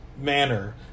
manner